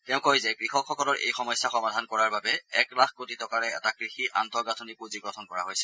তেওঁ কয় যে কৃষকসকলৰ এই সমস্যা সমাধান কৰাৰ বাবে এক লাখ কোটি টকাৰে এটা কৃষি আন্তঃগাঁথনি পুঁজি গঠন কৰা হৈছে